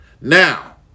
Now